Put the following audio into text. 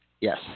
Yes